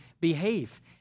behave